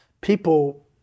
People